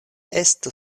estu